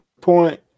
point